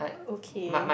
okay